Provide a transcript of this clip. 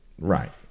right